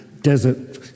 desert